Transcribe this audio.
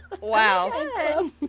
Wow